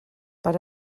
per